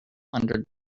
hundred